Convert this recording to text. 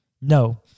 No